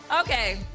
Okay